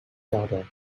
daughter